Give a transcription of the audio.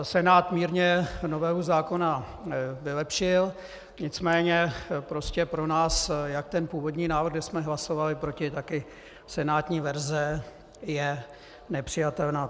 Senát mírně novelu zákona vylepšil, nicméně prostě pro nás jak ten původní návrh, kde jsme hlasovali proti, tak i senátní verze je nepřijatelná.